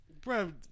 Bro